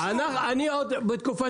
הדיון על הרוב אני מזמין אותך לבקש